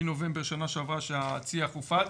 מנובמבר שנה שעברה שהצי"ח הופץ,